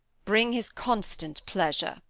bring his constant pleasure.